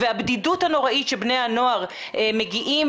והבדידות הנוראית שבני הנוער מגיעים